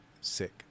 Sick